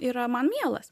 yra man mielas